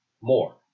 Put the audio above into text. more